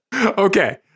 Okay